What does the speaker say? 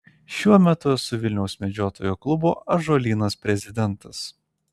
šiuo metu esu vilniaus medžiotojų klubo ąžuolynas prezidentas